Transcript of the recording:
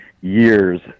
years